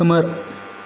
खोमोर